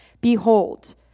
Behold